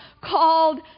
called